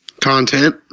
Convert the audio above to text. content